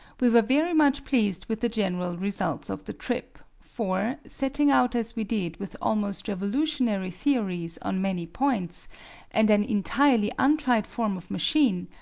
we were very much pleased with the general results of the trip, for, setting out as we did with almost revolutionary theories on many points and an entirely untried form of machine,